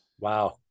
Wow